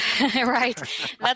Right